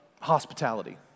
hospitality